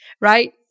Right